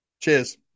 Cheers